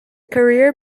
career